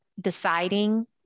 deciding